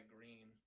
Green